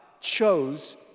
chose